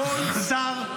כל שר,